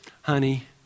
Honey